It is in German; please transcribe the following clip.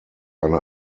eine